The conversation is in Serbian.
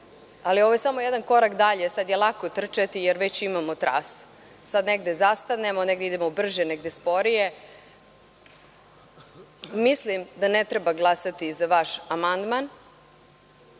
ali ovo je samo jedan korak dalje, sada je lako trčati jer već imamo trasu. Sad negde zastanemo, negde idemo brže, negde sporije. Mislim da ne treba glasati za vaš amandman